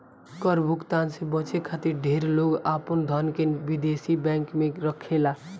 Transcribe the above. कर भुगतान से बचे खातिर ढेर लोग आपन धन के विदेशी बैंक में रखेला